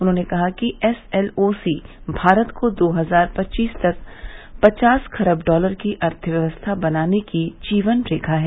उन्होंने कहा कि एस एल ओ सी भारत को दो हजार पच्चीसव तक पचास खरब डॉलर की अर्थव्यवस्था बनाने की जीवन रेखा है